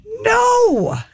No